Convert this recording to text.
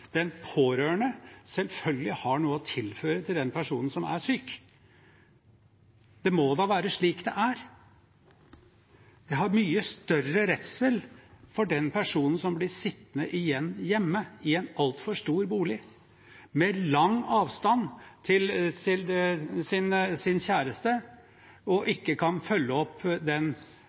den pårørende selvfølgelig har noe å tilføre til den personen som er syk. Det må da være slik det er. Jeg har mye større redsel for den personen som blir sittende igjen hjemme, i en altfor stor bolig, med lang avstand til sin kjæreste, og ikke kan følge opp den